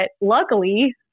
luckily